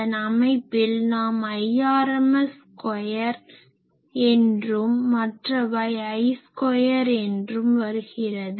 அதன் அமைப்பில் நாம் Irms ஸ்கொயர் என்றும் மற்றவை I ஸ்கொயர் என்றும் வருகிறது